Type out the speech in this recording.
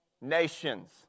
Nations